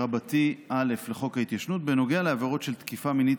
18א(א) לחוק ההתיישנות בנוגע לעבירות של תקיפה מינית